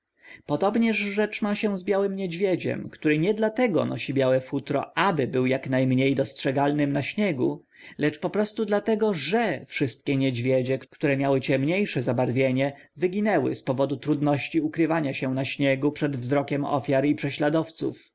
podobnież rzecz się ma z białym niedźwiedziem który nie dlatego nosi białe futro aby był jaknajmniej dostrzegalnym na śniegu lecz poprostu dlatego że wszystkie niedźwiedzie które miały ciemniejsze zabarwienie wyginęły z powodu trudności ukrywania się na śniegu przed wzrokiem ofiar i prześladowców